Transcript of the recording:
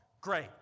great